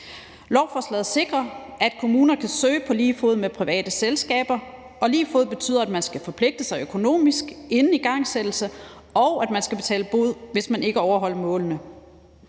Lovforslaget sikrer, at kommuner kan søge på lige fod med private selskaber, og lige fod betyder, at man skal forpligte sig økonomisk inden igangsættelse, og at man skal betale bod, hvis man ikke overholder målene.